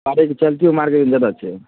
आब एहिके चलते ओ मार्केटमे बेदर छै